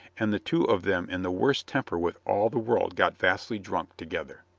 and the two of them in the worst temper with all the world got vastly drunk together.